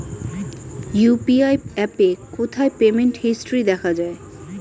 UPI অ্যাপে কোথায় payment history দেখা যায়?